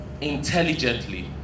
intelligently